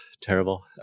terrible